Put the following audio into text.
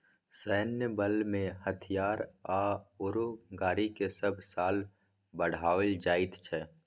सैन्य बलमें हथियार आओर गाड़ीकेँ सभ साल बढ़ाओल जाइत छै